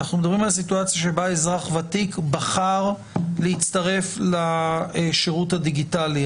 אנחנו מדברים על סיטואציה שבה אזרח ותיק בחר להצטרף לשירות הדיגיטלי.